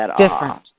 Different